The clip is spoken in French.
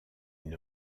une